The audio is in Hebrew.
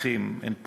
הם מנחים, הם פועלים,